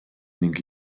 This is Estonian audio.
ning